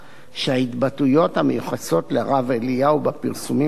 המיוחסות לרב אליהו בפרסומים השונים בתקשורת הכתובה,